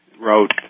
wrote